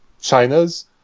china's